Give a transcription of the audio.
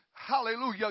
Hallelujah